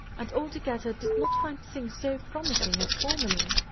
and altogether did not find things so promising as formerly.